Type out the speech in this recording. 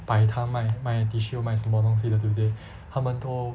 摆摊卖卖 tissue 卖什么东西的对不对他们都